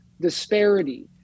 disparity